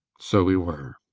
so we were.